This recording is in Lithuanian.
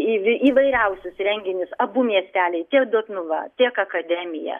į įvairiausius renginius abu miesteliai tiek dotnuva tiek akademija